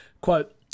Quote